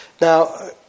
Now